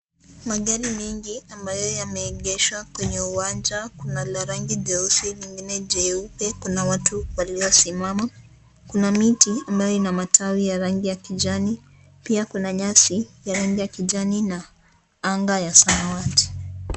Magari mengi ambayo yameegeshwa kwenye uwanja kuna la rangi jeusi lingine jeupe kuna watu waliosimama, kuna miti ambayo ina matawi ya rangi ya kijani, pia kuna nyasi ya rangi ya kijani na anga ya samawati.